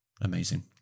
amazing